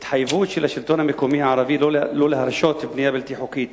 התחייבות של השלטון המקומי הערבי לא להרשות בנייה בלתי חוקית